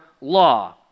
law